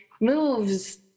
moves